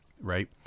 right